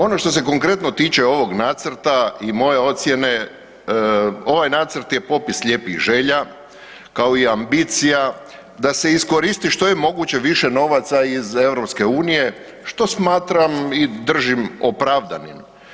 Ono što se konkretno tiče ovog nacrta i moje ocjene, ovaj nacrt je popis lijepih želja, kao i ambicija da se iskoristiti što je moguće više novaca iz Europske unije, što smatram i držim opravdanim.